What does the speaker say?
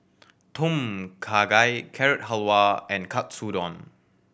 Tom Kha Gai Carrot Halwa and Katsudon